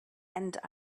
and